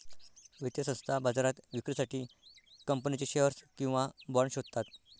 वित्तीय संस्था बाजारात विक्रीसाठी कंपनीचे शेअर्स किंवा बाँड शोधतात